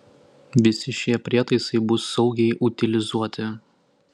visi šie prietaisai bus saugiai utilizuoti